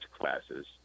classes